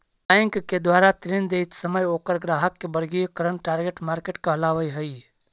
bank के द्वारा ऋण देइत समय ओकर ग्राहक के वर्गीकरण टारगेट मार्केट कहलावऽ हइ